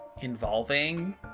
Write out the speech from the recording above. involving